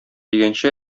дигәнче